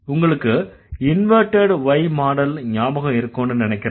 உங்களுக்கு inverted Y model ஞாபகம் இருக்கும்னு நினைக்கறேன்